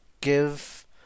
give